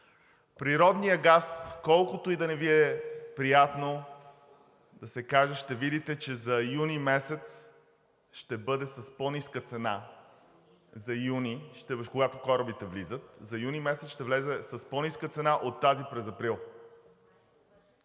Природният газ, колкото и да не Ви е приятно да се каже, ще видите, че за юни месец ще бъде с по-ниска цена, когато корабите влизат. За юни месец ще влезе с по-ниска цена от тази през април.